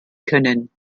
können